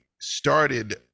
started